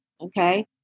okay